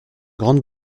grande